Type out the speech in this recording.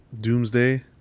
Doomsday